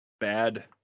bad